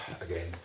Again